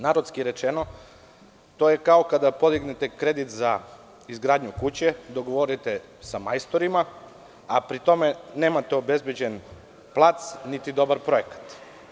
Narodski rečeno, to je kao kada podignete kredit za izgradnju kuće, dogovorite se sa majstorima, a pri tome nemate obezbeđen plac, niti dobar projekat.